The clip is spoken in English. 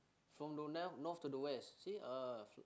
from the North to the West see ah